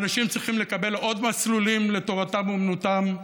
אנשים צריכים לקבל עוד מסלולים לתורתם אומנותם.